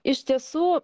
iš tiesų